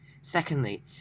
Secondly